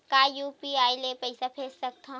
का यू.पी.आई ले पईसा भेज सकत हन?